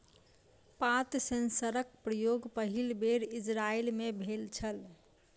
पात सेंसरक प्रयोग पहिल बेर इजरायल मे भेल छल